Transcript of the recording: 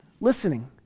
listening